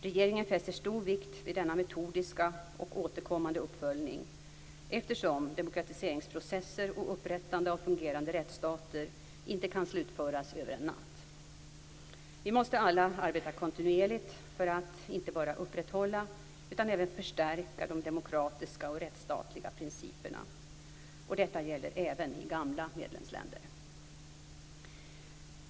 Regeringen fäster stor vikt vid denna metodiska och återkommande uppföljning, eftersom demokratiseringsprocesser och upprättande av fungerande rättsstater inte kan slutföras över en natt. Vi måste alla arbeta kontinuerligt för att inte bara upprätthålla utan även förstärka de demokratiska och rättsstatliga principerna, och detta gäller även i gamla medlemsländer.